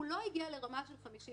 הוא לא הגיע לרמה של 51%,